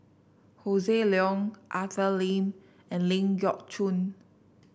Hossan Leong Arthur Lim and Ling Geok Choon